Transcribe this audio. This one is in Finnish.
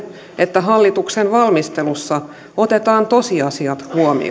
että hallituksen valmistelussa otetaan tosiasiat huomioon